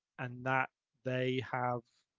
and that they have